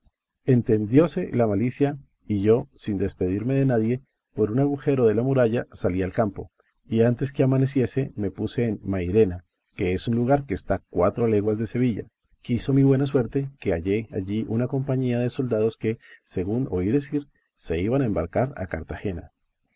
mandé entendióse la malicia y yo sin despedirme de nadie por un agujero de la muralla salí al campo y antes que amaneciese me puse en mairena que es un lugar que está cuatro leguas de sevilla quiso mi buena suerte que hallé allí una compañía de soldados que según oí decir se iban a embarcar a cartagena